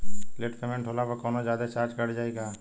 Late payment होला पर कौनोजादे चार्ज कट जायी का?